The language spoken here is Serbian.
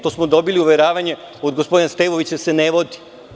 To smo dobili uveravanje od gospodina Stevovića da se ne vodi.